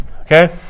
okay